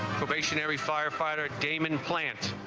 station every firefighter damon plants